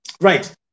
Right